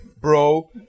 bro